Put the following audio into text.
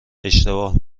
اشتباه